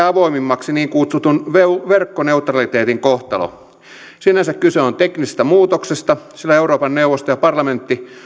avoimimmaksi niin kutsutun verkkoneutraliteetin kohtalo sinänsä kyse on teknisestä muutoksesta sillä euroopan neuvosto ja parlamentti